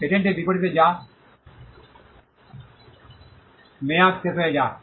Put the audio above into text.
পেটেন্টের বিপরীতে যা মেয়াদ শেষ হয়ে যায়